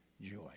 joy